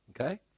Okay